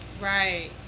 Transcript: Right